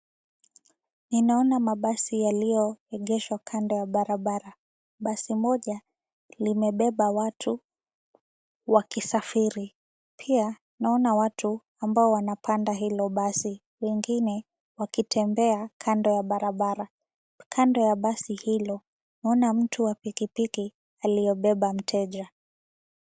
Ninaona mabasi yaliyoengeshwa kando ya barabara. Basi moja limebeba moja wakisafiri. Pia naona watu ambao wanapanda hilo basi lingine wakitembea kando ya barabara. Kando ya basi hilo, naona mtu wa pikipiki aliyobeba mteja.